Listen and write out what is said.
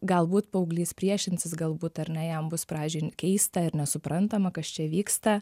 galbūt paauglys priešinsis galbūt ar ne jam bus pradžiojkeista ir nesuprantama kas čia vyksta